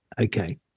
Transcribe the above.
okay